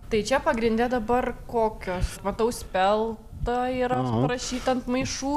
tai čia pagrinde dabar kokios matau spelta yra parašyta ant maišų